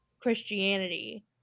Christianity